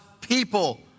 people